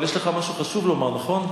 לא, אבל יש לך משהו חשוב לומר, נכון?